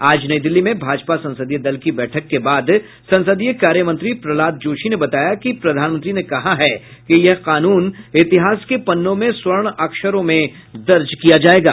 आज नई दिल्ली में भाजपा संसदीय दल की बैठक के बाद संसदीय कार्यमंत्री प्रहलाद जोशी ने बताया कि प्रधानमंत्री ने कहा है कि यह कानून इतिहास के पन्नों में स्वर्ण अक्षरों में दर्ज किया जायेगा